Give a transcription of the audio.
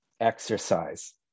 exercise